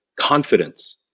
confidence